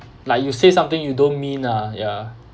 like you say something you don't mean ah ya